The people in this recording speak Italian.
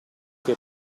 che